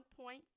point